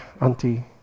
Auntie